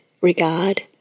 regard